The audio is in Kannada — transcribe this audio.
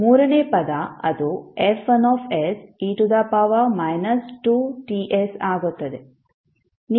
ಮೂರನೇ ಪದ ಅದು F1se 2Ts ಆಗುತ್ತದೆ